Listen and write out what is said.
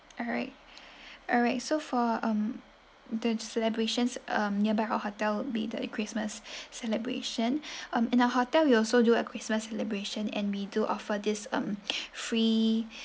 alright alright so for um the celebrations um nearby our hotel would be there christmas celebration um in our hotel we will also do a christmas celebration and we do offer this um free